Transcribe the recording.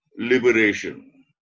liberation